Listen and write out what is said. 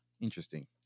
Interesting